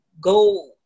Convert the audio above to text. go